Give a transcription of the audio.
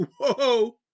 Whoa